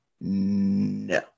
No